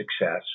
success